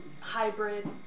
hybrid